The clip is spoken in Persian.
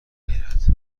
غیرت